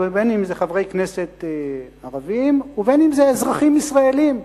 בין אם חברי כנסת ערבים ובין אם אזרחים ישראלים,